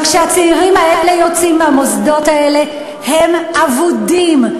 וכשהצעירים האלה יוצאים מהמוסדות האלה הם אבודים,